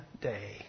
day